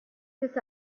this